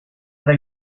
tra